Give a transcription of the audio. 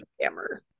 hammer